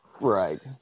Right